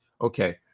Okay